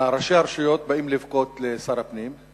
ראשי הרשויות באים לבכות לשר הפנים,